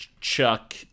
Chuck